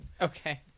Okay